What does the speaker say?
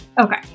Okay